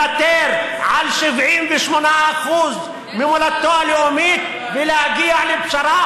על כך שהוא מוכן לוותר על 78% ממולדתו הלאומית ולהגיע לפשרה